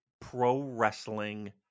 pro-wrestling